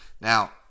Now